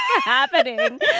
happening